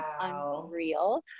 unreal